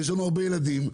יש לנו הרבה ילדים,